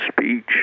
speech